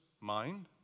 mind